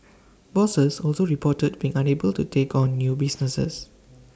bosses also reported being unable to take on new business